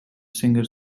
singer